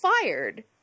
fired